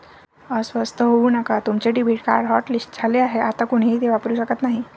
अस्वस्थ होऊ नका तुमचे डेबिट कार्ड हॉटलिस्ट झाले आहे आता कोणीही ते वापरू शकत नाही